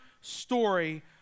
story